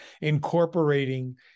incorporating